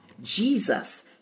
Jesus